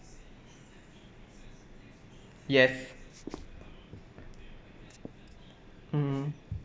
yes mmhmm